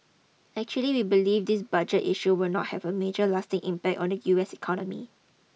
actually we believe this budget issue will not have a major lasting impact on the US economy